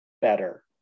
better